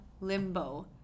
limbo